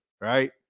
right